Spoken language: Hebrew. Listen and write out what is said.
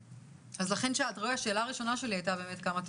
אתה רואה שהשאלה הראשונה שלי הייתה כמה תאונות.